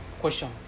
question